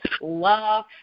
love